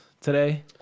today